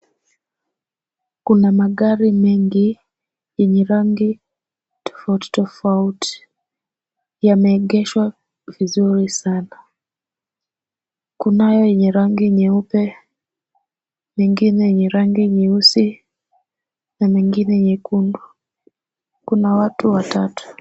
Kuna magari mengi yenye rangi tofauti tofauti yameegeshwa vizuri sana. Kunayo yenye rangi nyeupe, nyingine yenye rangi nyeusi na mengine nyekundu. Kuna watu watatu.